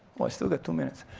oh, i still got two minutes.